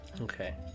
Okay